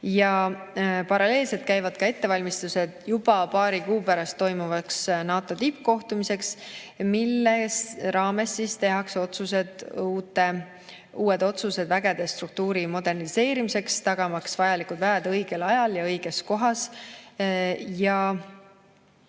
Paralleelselt käivad ettevalmistused juba paari kuu pärast toimuvaks NATO tippkohtumiseks, mille raames tehakse uued otsused vägede struktuuri moderniseerimiseks, tagamaks vajalikud väed õigel ajal ja õiges kohas. Ka